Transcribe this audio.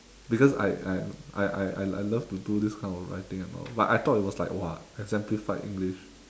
because I I I I I love to do this kind of writing ah but I thought it was like !wah! exemplified english